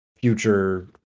future